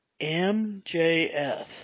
MJF